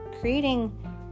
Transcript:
Creating